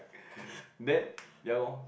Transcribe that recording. that ya lor